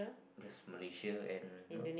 just Malaysia and you know